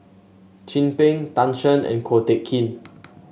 Chin Peng Tan Shen and Ko Teck Kin